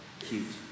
cute